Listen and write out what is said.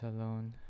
alone